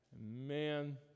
Man